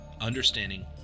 understanding